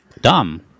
Dumb